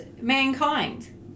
mankind